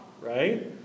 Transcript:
right